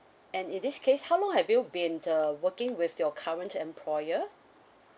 and in this case how long have you been uh working with your current employer